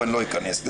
אבל אני לא אכנס לזה.